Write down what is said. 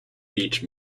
beach